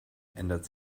ändert